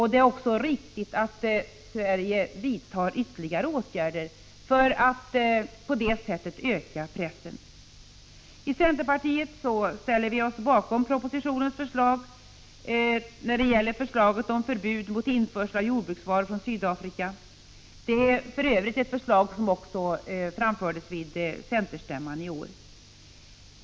Det är också viktigt att Sverige vidtar ytterligare åtgärder för att på detta sätt öka pressen. I centerpartiet ställer vi oss bakom propositionens förslag om förbud mot införsel av jordbruksvaror från Sydafrika. Det är för övrigt ett förslag som också framfördes vid centerstämman i år.